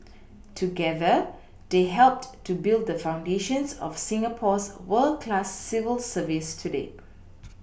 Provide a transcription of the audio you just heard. together they helped to build the foundations of Singapore's world class civil service today